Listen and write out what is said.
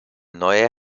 neue